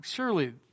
Surely